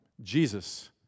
Jesus